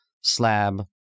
slab